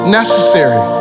necessary